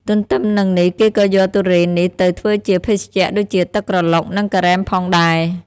ទន្ទឹមនឹងនេះគេក៏យកទុរេននេះទៅធ្វើជា ភេសជ្ជៈដូចជាទឹកក្រឡុក និងការ៉េមផងដែរ។